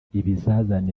ibizazane